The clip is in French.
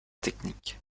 technique